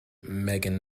megan